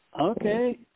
Okay